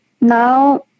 now